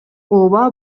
ооба